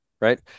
right